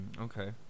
okay